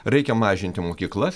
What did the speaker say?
reikia mažinti mokyklas